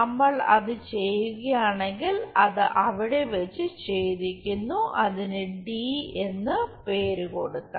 നമ്മൾ അത് ചെയ്യുകയാണെങ്കിൽ അത് അത് അവിടെ വച്ച് ഛേദിക്കുന്നു അതിനു എന്ന് പേര് കൊടുക്കാം